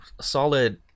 solid